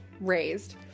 raised